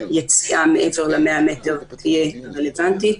יציאה מעבר ל-100 מטר תהיה רלוונטית,